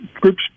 groups